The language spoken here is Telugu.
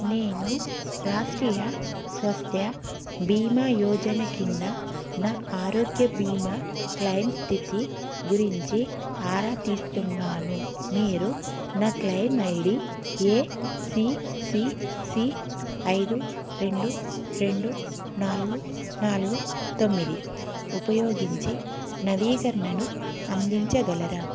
నేను రాష్ట్రీయ స్వాస్థ్య బీమా యోజన కింద నా ఆరోగ్య బీమా క్లయిమ్ స్థితి గురించి ఆరా తీస్తున్నాను మీరు నా claim I D A C C C ఐదు రెండు రెండు నాలుగు నాలుగు తొమ్మిది ఉపయోగించి నవీకరణను అందించగలరా